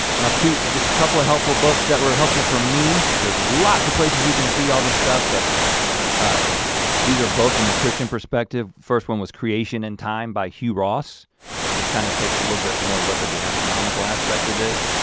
now to just a couple of helpful books that were helpful for me, there's lots of places you can see all this stuff but ah these are both from a christian perspective. first one was creation and time by hugh ross which kind of takes a little bit more look at the astronomical aspect of this.